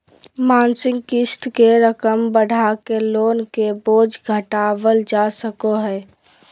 मासिक क़िस्त के रकम बढ़ाके लोन के बोझ घटावल जा सको हय